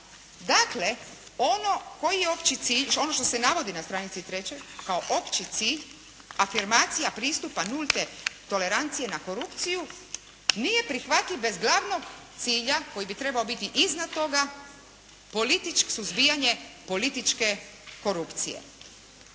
Dakle, ono što se navodi na stranici 3. kao opći cilj, afirmacija pristupa nulte tolerancije na korupciju nije prihvatljiv bez glavnog cilja koji bi trebao biti iznad toga političko suzbijanje političke korupcije.